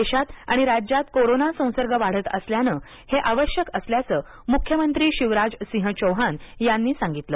देशात आणि राज्यात कोरोना संसर्ग वाढत असल्यानं हे आवश्यक असल्याचं मुख्यमंत्री शिवराज सिह चौहान यांनी सांगितलं